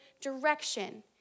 direction